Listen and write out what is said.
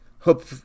hope